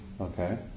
Okay